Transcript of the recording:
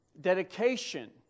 dedication